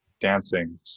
dancing